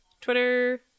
Twitter